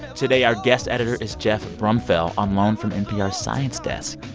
today, our guest editor is geoff brumfiel on loan from npr's science desk.